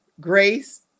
Grace